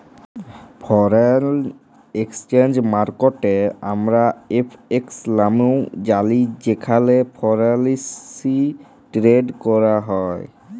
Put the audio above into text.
foreign exchange মার্কেটকে আমরা FX লামেও জালি যেখালে ফরেলসি টেরেড ক্যরা হ্যয়